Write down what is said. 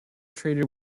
traded